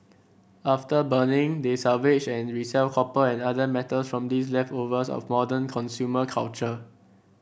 after burning they salvage and resell copper and other metals from these leftovers of modern consumer culture